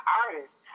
artist